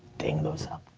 ding those up?